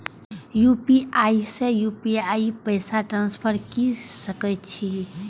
UPI से UPI पैसा transfer की सके छी?